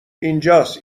اینجاس